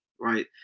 right